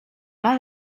pla